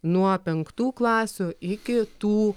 nuo penktų klasių iki tų